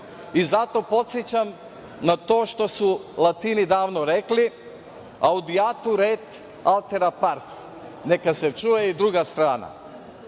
I zato podsećam na to što su Latini davno rekli „ audijato ret altera pars“, neka se čuje i druga